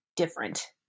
different